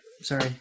Sorry